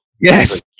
Yes